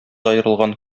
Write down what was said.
аерылган